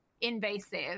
invasive